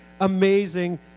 amazing